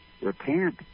Repent